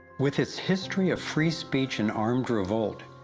with its history of free speech and armed revolt,